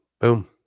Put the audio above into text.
Boom